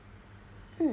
mm